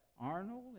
Arnold